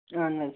اَہَن حظ